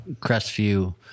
Crestview